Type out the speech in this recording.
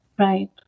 Right